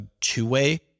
two-way